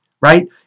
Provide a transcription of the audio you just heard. right